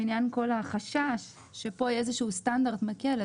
לעניין כל החשש שפה יהיה איזשהו סטנדרט מקל,